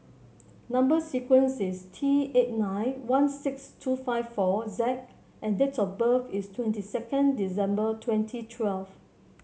number sequence is T eight nine one six two five four Z and date of birth is twenty second December twenty twelve